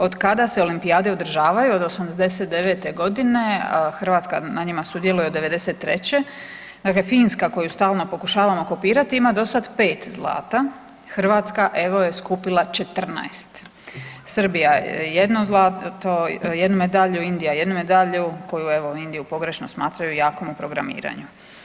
Od kada se olimpijade i održavaju od '89. godine Hrvatska na njima sudjeluje od '93., dakle Finska koju stalno pokušavamo kopirati ima dosada 5 zlata, Hrvatska evo je skupila 14, Srbija 1 zlato, 1 medalju, Indija 1 medalju koju evo Indiju pogrešno smatraju jakom u programiranju.